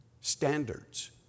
standards